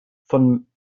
von